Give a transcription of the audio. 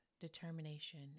determination